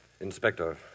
Inspector